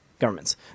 governments